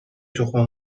تخم